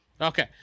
Okay